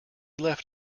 left